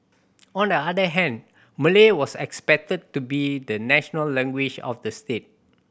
on the other hand Malay was accepted to be the national language of the state